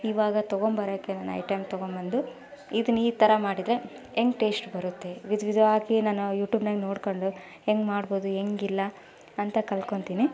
ಇವಾಗ ತಗೊಂಬರಕ್ಕೆ ನಾನು ಐಟಮ್ ತಗೊಂಡ್ಬಂದು ಇದನ್ನು ಈ ಥರ ಮಾಡಿದರೆ ಹೆಂಗ್ ಟೇಸ್ಟ್ ಬರುತ್ತೆ ವಿಧ ವಿಧವಾಗಿ ನಾನು ಯುಟ್ಯೂಬ್ನ್ಯಾಗ ನೋಡಿಕೊಂಡು ಹೆಂಗ್ ಮಾಡ್ಬೋದು ಹೆಂಗ್ ಇಲ್ಲ ಅಂತ ಕಲ್ತ್ಕೊಂತಿನಿ